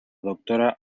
doctora